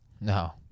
No